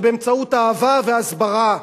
ובאמצעות אהבה והסברה,